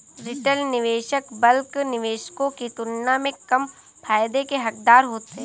retail निवेशक bulk निवेशकों की तुलना में कम फायदे के हक़दार होते हैं